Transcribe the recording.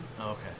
Okay